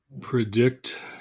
predict